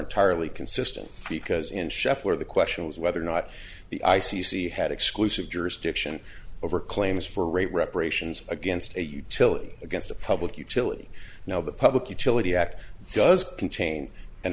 entirely consistent because in sheff where the question was whether or not the i c c had exclusive jurisdiction over claims for rape reparations against a utility against a public utility now the public utility act does contain an